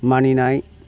मानिनाय